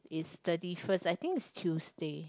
it's thirty first I think is Tuesday